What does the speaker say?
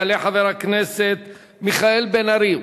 יעלה חבר הכנסת מיכאל בן-ארי,